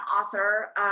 author